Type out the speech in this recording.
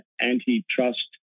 antitrust